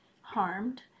harmed